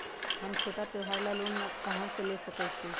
हम छोटा त्योहार ला लोन कहां से ले सकई छी?